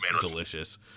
delicious